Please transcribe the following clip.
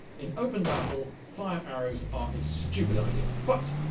in open battle, fire arrows are a stupid idea. but,